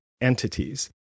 entities